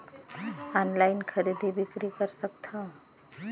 Online खरीदी बिक्री कर सकथव?